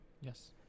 yes